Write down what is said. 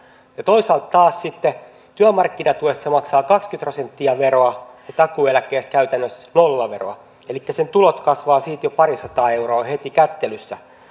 toisaalta taas sitten se maksaa työmarkkinatuesta kaksikymmentä prosenttia veroa takuueläkkeestä käytännössä nollaveroa elikkä sen tulot kasvavat siitä jo parisataa euroa heti kättelyssä